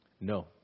no